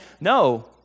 No